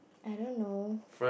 I don't know